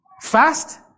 fast